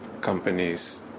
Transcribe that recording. companies